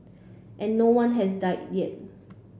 and no one has died yet